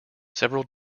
several